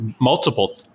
multiple